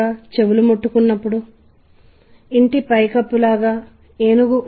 కాబట్టి ఎవరో పాట పాడుతున్నారు మరియు వేరొకరు తబలా వాయిస్తున్నారు